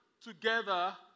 together